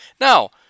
now